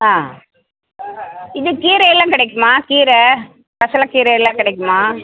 ஆ இது கீரையெல்லாம் கெடைக்குமா கீர பசலக் கீரையெல்லாம் கெடைக்குமா